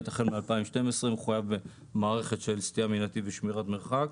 החל מ-2012 מחויב במערכת של סטייה מנתיב ושמירת מרחק.